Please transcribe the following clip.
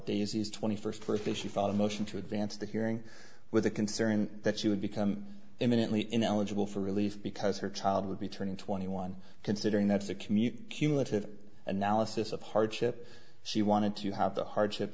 daisy's twenty first birthday she filed a motion to advance the hearing with a concern that she would become imminently ineligible for relief because her child would be turning twenty one considering that's a commute cumulative analysis of hardship she wanted to have the hardship